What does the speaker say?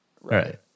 Right